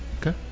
Okay